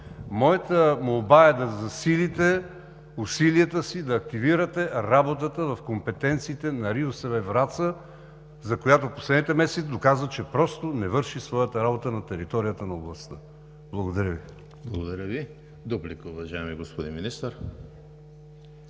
Моята молба е да засилите усилията си, да активирате работата в компетенциите на РИОСВ – Враца, която в последните месеци доказа, че просто не върши своята работа на територията на областта. Благодаря Ви. ПРЕДСЕДАТЕЛ ЕМИЛ ХРИСТОВ: Благодаря Ви. Дуплика, уважаеми господин Министър.